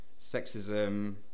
sexism